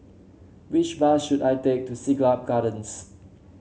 which bus should I take to Siglap Gardens